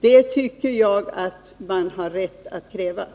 Man har rätt att kräva ett besked på den punkten.